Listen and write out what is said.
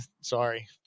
sorry